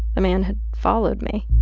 the man had followed me.